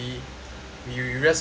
we we rest awhile ah